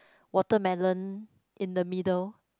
watermelon in the middle